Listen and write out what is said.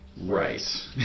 Right